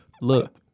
Look